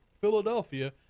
Philadelphia